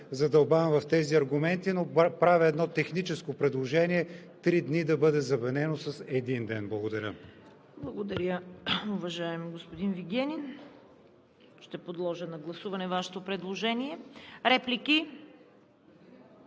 задълбавам в тези аргументи, но правя едно техническо предложение – три дни да бъде заменено с един ден. Благодаря. ПРЕДСЕДАТЕЛ ЦВЕТА КАРАЯНЧЕВА: Благодаря, уважаеми господин Вигенин. Ще подложа на гласуване Вашето предложение. Реплики?